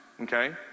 okay